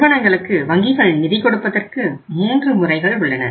நிறுவனங்களுக்கு வங்கிகள் நிதி கொடுப்பதற்கு மூன்று முறைகள் உள்ளன